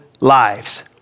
lives